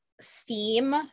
steam